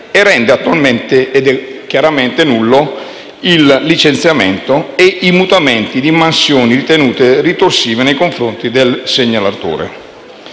del lavoro, ed è chiaramente nullo il licenziamento e i mutamenti di mansioni ritenuti ritorsivi nei confronti del segnalatore.